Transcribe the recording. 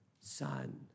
Son